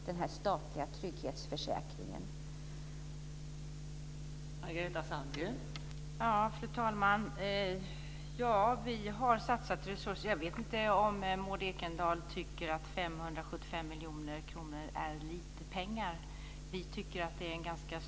Denna statliga trygghetsförsäkring har man rätt att få.